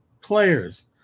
players